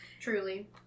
Truly